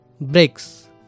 Bricks